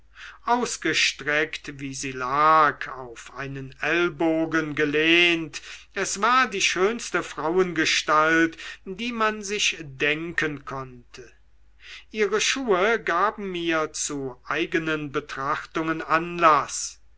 wie sie lag auf einen ellbogen gelehnt es war die schönste frauengestalt die man sich denken konnte ihre schuhe gaben mir zu eigenen betrachtungen anlaß